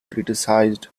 criticised